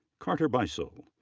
carter bisel.